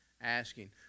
asking